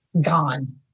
gone